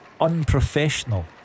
Unprofessional